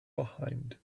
behind